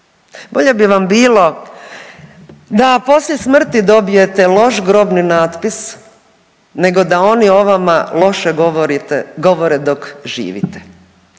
Bolje bi vam bilo da poslije smrti dobijete loš grobni natpis nego da oni o vama loše govore dok živite.“.